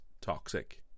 Toxic